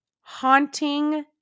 Haunting